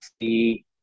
see –